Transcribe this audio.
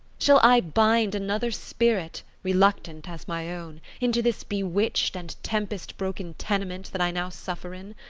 shall i bind another spirit, reluctant as my own, into this bewitched and tempest-broken tenement that i now suffer in?